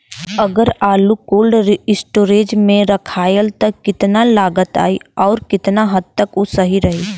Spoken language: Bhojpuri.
अगर आलू कोल्ड स्टोरेज में रखायल त कितना लागत आई अउर कितना हद तक उ सही रही?